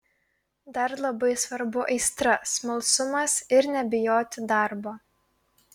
dar labai svarbu aistra smalsumas ir nebijoti darbo